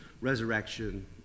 resurrection